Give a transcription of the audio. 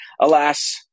Alas